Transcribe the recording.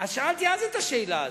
שאלתי אז את השאלה הזאת.